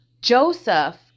Joseph